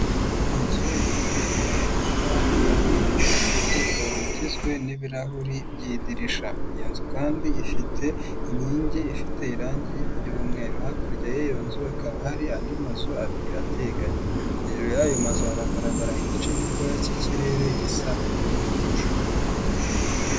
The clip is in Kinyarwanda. Inzu yubakishije amatafari ahiye ndetse ikaba igizwe n'ibirahuri by'idirisha. Iyo nzu kandi ifite inkingi ifite irangi ry'umweru. Hakurya y'iyo nzu hakaba hari andi mazu abiri ateganye, hejuru yayo mazu haragaragara igice gitoya cy'ikirere gisa n'ubururu.